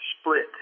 split